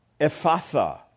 Ephatha